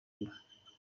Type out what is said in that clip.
iwe